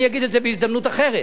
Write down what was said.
אני אגיד את זה בהזדמנות אחרת,